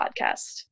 podcast